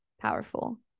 powerful